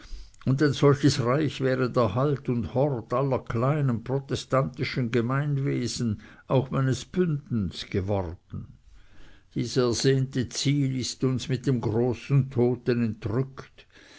und ein solches reich wäre der halt und hort aller kleinen protestantischen gemeinwesen auch meines bündens geworden dies ersehnte ziel ist uns mit dem großen toten entrückt